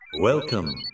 Welcome